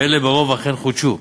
ואלה ברובם אכן חודשו.